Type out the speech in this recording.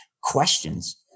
questions